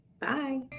Bye